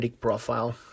Profile